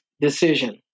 decision